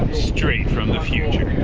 straight from the future